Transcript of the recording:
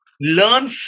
Learn